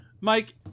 Mike